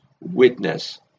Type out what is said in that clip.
witness